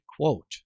quote